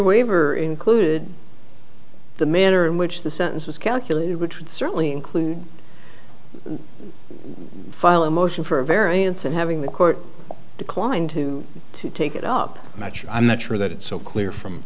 waiver included the manner in which the sentence was calculated which would certainly include file a motion for a variance and having the court declined to take it up much i'm not sure that it's so clear from